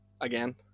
again